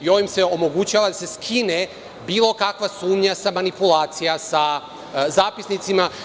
Ovim se omogućava da se skine bilo kakva sumnja sa manipulacija sa zapisnicima.